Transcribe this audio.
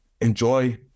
enjoy